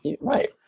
right